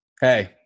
Hey